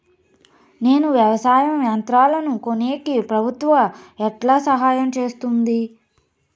నేను వ్యవసాయం యంత్రాలను కొనేకి ప్రభుత్వ ఎట్లా సహాయం చేస్తుంది?